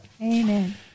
Amen